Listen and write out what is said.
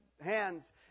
hands